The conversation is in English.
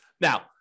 Now